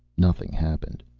nothing happened.